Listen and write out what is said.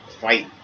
fight